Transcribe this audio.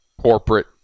corporate